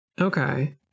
Okay